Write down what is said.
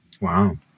Wow